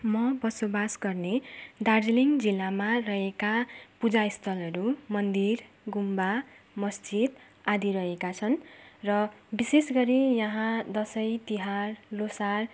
म बसोबास गर्ने दार्जिलिङ जिल्लामा रहेका पूजास्थलहरू मन्दिर गुम्बा मस्जिद आदि रहेका छन् र विशेष गरी यहाँ दसैँ तिहार लोसार